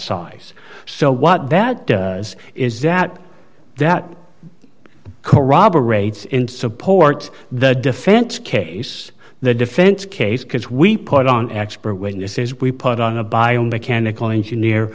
size so what that does is that that corroborate in supports the defense case the defense case because we put on expert witnesses we put on a biomechanical engineer